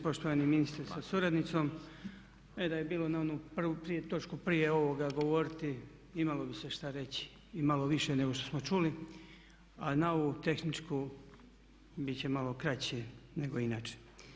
Poštovani ministre sa suradnicom, ajd da je bilo na onu prije točku prije ovoga govoriti imalo bi se šta reći i malo više nego što smo čuli, a na ovu tehničku bit će malo kraće nego inače.